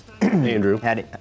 Andrew